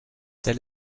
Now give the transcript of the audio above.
tel